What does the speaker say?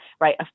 right